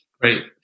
Great